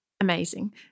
amazing